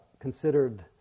considered